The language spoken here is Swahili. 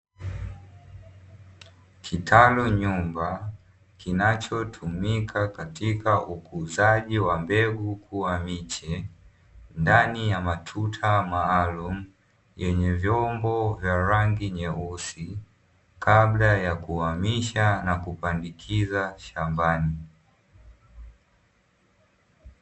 Kitalu nyumba kinachotumika katika ukuzaji wa mbegu kuwa miche, ndani ya matuta maalumu yenye vyombo vya rangi nyeusi kabla ya kuamisha na kupandikiza shambani.